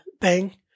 bang